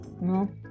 No